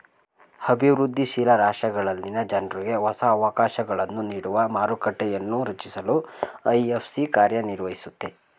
ಅಭಿವೃದ್ಧಿ ಶೀಲ ರಾಷ್ಟ್ರಗಳಲ್ಲಿನ ಜನ್ರುಗೆ ಹೊಸ ಅವಕಾಶಗಳನ್ನು ನೀಡುವ ಮಾರುಕಟ್ಟೆಯನ್ನೂ ರಚಿಸಲು ಐ.ಎಫ್.ಸಿ ಕಾರ್ಯನಿರ್ವಹಿಸುತ್ತೆ